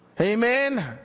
Amen